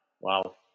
Wow